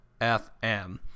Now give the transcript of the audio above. FM